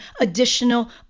additional